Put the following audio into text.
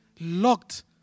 locked